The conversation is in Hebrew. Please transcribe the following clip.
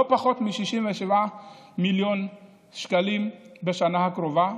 לא פחות מ-67 מיליון שקלים בשנה הקרובה,